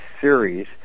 series